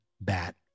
bat